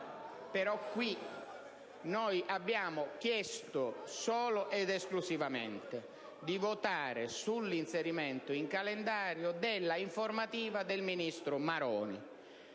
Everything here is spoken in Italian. però qui noi abbiamo chiesto solo ed esclusivamente di votare sull'inserimento in calendario dell'informativa del ministro Maroni.